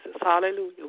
hallelujah